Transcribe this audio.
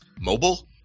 mobile